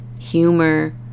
humor